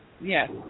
Yes